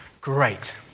great